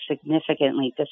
significantly